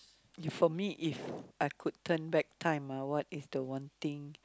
if for me if I could turn back time ah what is the one thing